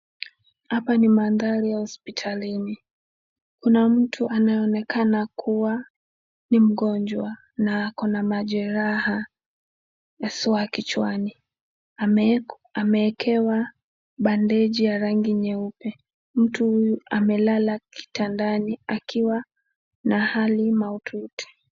Hapa ni mandhari ya hospitalini. Kuna mtu anaonekana kuwa ni mgonjwa na ako na majeraha haswa kichwani. Amewekewa bandeji ya rangi nyeupe. mtu huyu amelala kitandani akiwa na hali mahututi.